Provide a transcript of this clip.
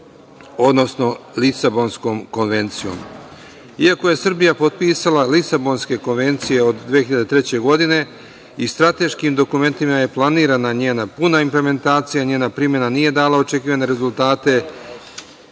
odnosno Lisabonskom konvencijom. Iako je Srbija potpisala Lisabonske konvencije od 2003. godine i strateškim dokumentima je planirana njena puna implementacija, njena primena nije dala očekivane rezultate